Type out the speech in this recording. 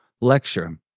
lecture